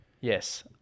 Yes